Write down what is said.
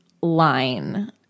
line